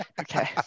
okay